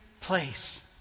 place